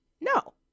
No